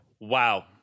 wow